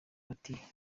ati